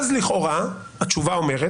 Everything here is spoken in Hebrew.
אז לכאורה התשובה אומרת